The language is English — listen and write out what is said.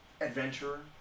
adventurer